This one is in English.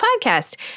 podcast